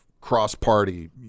cross-party